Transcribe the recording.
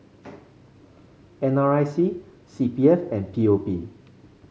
N R I C C P F and P O P